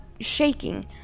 shaking